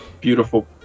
beautiful